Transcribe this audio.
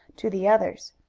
to the others.